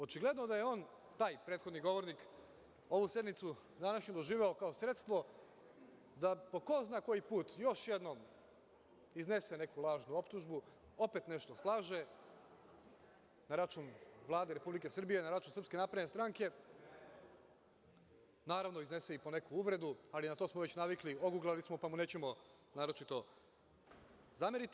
Očigledno je da je on, taj prethodni govornik, ovu sednicu današnju doživeo kao sredstvo da po ko zna koji put još jednom iznese neku lažnu optužbu, opet nešto slaže na račun Vlade Republike Srbije, na račun SNS, naravno, iznese i po neku uvredu, ali na to smo već navikli, oguglali smo, pa mu nećemo naročito zameriti.